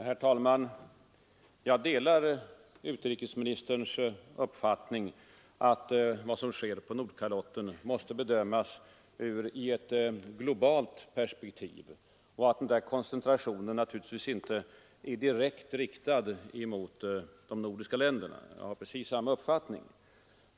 Herr talman! Jag delar utrikesministerns uppfattning att vad som sker på Nordkalotten måste bedömas i ett globalt perspektiv och att koncentrationen naturligtvis inte är direkt riktad mot de nordiska länderna. Jag har precis samma uppfattning.